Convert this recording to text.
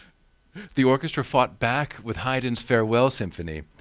the orchestra fought back with haydn's farewell symphony,